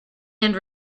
and